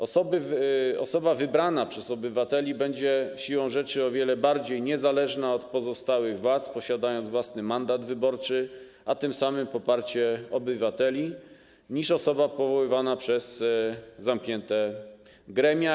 Osoba wybrana przez obywateli będzie siłą rzeczy o wiele bardziej niezależna od pozostałych władz, posiadając własny mandat wyborczy, a tym samym poparcie obywateli, niż osoba powoływana przez zamknięte gremia.